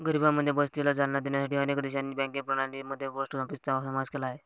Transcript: गरिबांमध्ये बचतीला चालना देण्यासाठी अनेक देशांनी बँकिंग प्रणाली मध्ये पोस्ट ऑफिसचा समावेश केला आहे